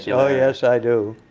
yeah oh yes, i do.